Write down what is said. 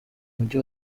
mujyi